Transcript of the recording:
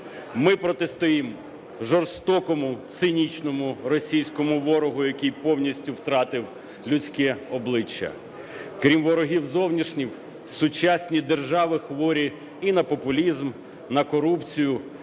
Ми протистоїмо жорстокому, цинічному російському ворогу, який повністю втратив людське обличчя. Крім ворогів зовнішніх, сучасні держави хворі і на популізм, на корупцію.